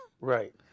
Right